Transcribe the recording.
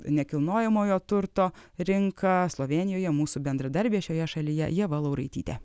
nekilnojamojo turto rinką slovėnijoje mūsų bendradarbė šioje šalyje ieva lauraitytė